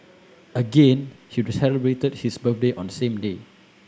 again he celebrated his birthday on the same day